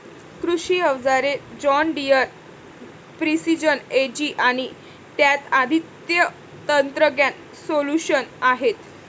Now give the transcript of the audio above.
कृषी अवजारे John Deere precision Ag आणि त्यात अद्वितीय तंत्रज्ञान सोल्यूशन्स आहेत